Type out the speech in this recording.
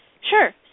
Sure